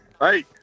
Hey